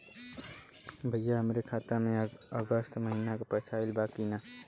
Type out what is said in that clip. भईया हमरे खाता में अगस्त महीना क पैसा आईल बा की ना?